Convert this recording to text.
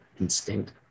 instinct